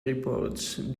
reports